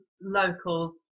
locals